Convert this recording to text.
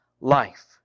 life